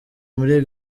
muri